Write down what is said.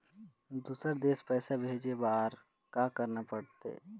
दुसर देश पैसा भेजे बार का करना पड़ते?